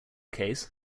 case